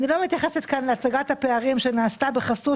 ואני לא מתייחסת לכך שהצגת הפערים נעשתה בחסות